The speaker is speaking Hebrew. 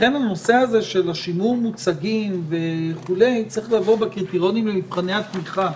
לכן הנושא של שימור מוצגים צריך לבוא בקריטריונים למבחני התמיכה.